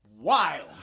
wild